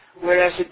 whereas